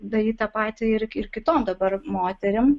daryt tą patį ir ir kitom dabar moterim